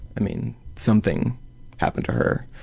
i mean, something happened to her.